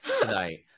tonight